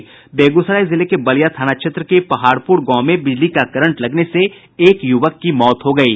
बेगूसराय जिले के बलिया थाना क्षेत्र के पहाड़पुर गांव में बिजली का करंट लगने से एक युवक की मौत हो गयी